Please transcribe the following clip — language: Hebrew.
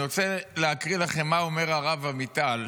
אני רוצה להקריא לכם מה אומר הרב עמיטל